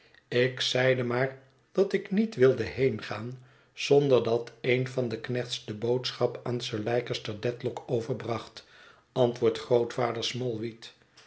ik zeide maar dat ik niet wilde heengaan zonder dat een van de knechts de boodschap aan sir leicester dedlock overbracht antwoordt grootvader